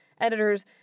editors